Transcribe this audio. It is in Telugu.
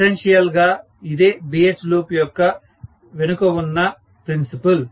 ఎస్సెన్షియల్ గా ఇదే BH లూప్ యొక్క వెనుక ఉన్న ప్రిన్సిపల్